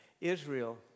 Israel